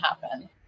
happen